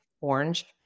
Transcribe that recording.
orange